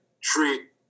treat